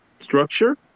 structure